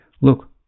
look